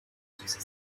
süße